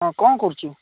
ହଁ କ'ଣ କରୁଛୁ